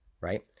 right